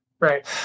Right